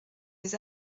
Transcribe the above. les